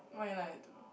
why you like to do